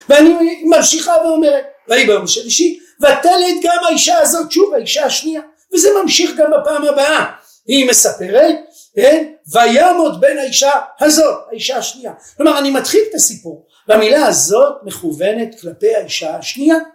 ואני ממשיכה ואומרת ויהי ביום שלישי ותלד גם האישה הזאת, שוב האישה השנייה, וזה ממשיך גם בפעם הבאה היא מספרת ויעמוד בין האישה הזאת האישה השנייה. כלומר אני מתחיל את הסיפור והמילה הזאת, מכוונת כלפי האישה השנייה